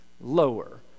lower